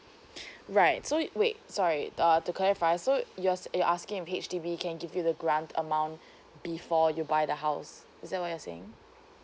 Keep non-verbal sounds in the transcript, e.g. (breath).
(breath) right so wait sorry uh to clarify so you're so you're asking if H_D_B can give you the grant amount before you buy the house is that what you're saying